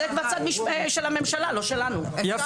זה כבר צד של הממשלה,